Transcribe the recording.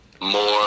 More